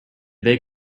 they